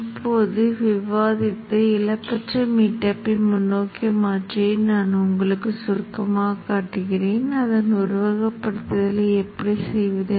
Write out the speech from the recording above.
இப்போது நீங்கள் 75 80 சதவீத உருவகப்படுத்துதலை முடித்துவிட்டீர்கள் நீங்கள் இன்னும் சில தருணங்கள் காத்திருக்க வேண்டும் நீங்கள் முழு உருவகப்படுத்துதலை முடித்துவிட்டீர்கள்